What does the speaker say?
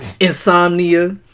Insomnia